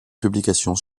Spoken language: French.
publications